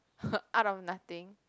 out of nothing